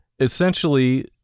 essentially